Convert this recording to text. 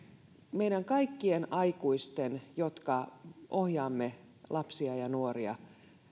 meidän kaikkien aikuisten jotka ohjaamme lapsia ja nuoria